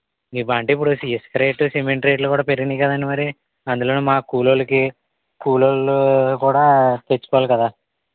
ఇవ్వంటే అంటే ఇప్పుడు ఇసుక రేటు సిమెంటు రేట్లు కూడా పెరిగినవి కదండి మరి అందులోనూ మా కూలి వాళ్ళకి కూలి వాళ్ళు కూడా తెచ్చుకోవాలి కదా